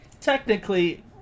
Technically